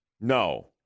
No